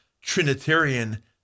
Trinitarian